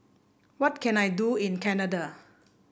what can I do in Canada